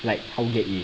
like how get A